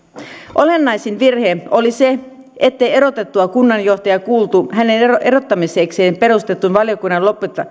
olennaisin virhe oli se ettei erotettua kunnanjohtajaa kuultu hänen erottamisekseen perustetun valiokunnan